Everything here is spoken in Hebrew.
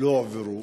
לא הועברו,